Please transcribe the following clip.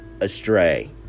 astray